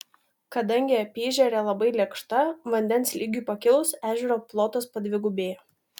kadangi apyežerė labai lėkšta vandens lygiui pakilus ežero plotas padvigubėja